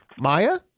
Maya